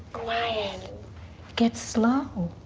quiet. it gets slow.